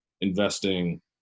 investing